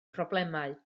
problemau